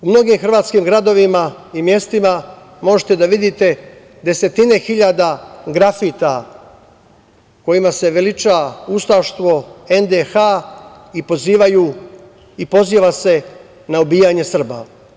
U mnogim hrvatskim gradovima i mestima možete da vidite desetine hiljada grafita kojima se veliča ustaštvo, NDH i pozivaju i poziva se na ubijanje Srba.